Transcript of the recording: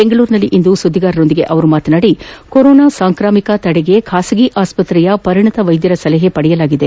ಬೆಂಗಳೂರಿನಲ್ಲಿಂದು ಸುದ್ಗಿಗಾರರೊಂದಿಗೆ ಮಾತನಾಡಿದ ಅವರು ಕೊರೋನಾ ಸೋಂಕು ತಡೆಗೆ ಬಾಸಗಿ ಆಸ್ಪತ್ರೆಯ ಪರಿಣತ ವೈದ್ಯರ ಸಲಹೆ ಪಡೆಯಲಾಗಿದೆ